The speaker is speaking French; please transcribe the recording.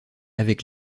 avec